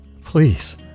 Please